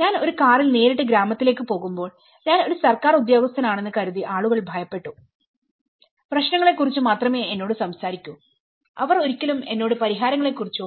ഞാൻ ഒരു കാറിൽ നേരിട്ട് ഗ്രാമത്തിലേക്ക് പോകുമ്പോൾ ഞാൻ ഒരു സർക്കാർ ഉദ്യോഗസ്ഥനാണെന്ന് കരുതി ആളുകൾ ഭയപ്പെട്ടു പ്രശ്നങ്ങളെക്കുറിച്ചു മാത്രമേ എന്നോട് സംസാരിക്കൂ അവർ ഒരിക്കലും എന്നോട് പരിഹാരങ്ങളെക്കുറിച്ചോ